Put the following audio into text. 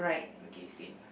okay same lah